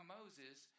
Moses